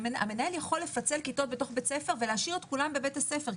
שהמנהל יכול לפצל כיתות בתוך בית ספר ולהשאיר את כולם בבית הספר,